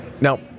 Now